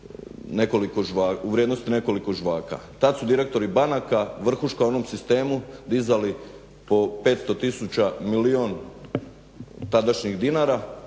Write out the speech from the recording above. u vrijednosti nekoliko žvaka. Tada su direktori banaka … u onom sistemu dizali po 500 tisuća, milijun tadašnjih dinara